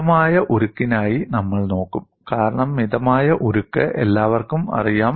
മിതമായ ഉരുക്കിനായി നമ്മൾ നോക്കും കാരണം മിതമായ ഉരുക്ക് എല്ലാവർക്കും അറിയാം